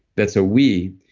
that's a we.